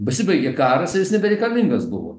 pasibaigė karas ir jis nebereikalingas buvo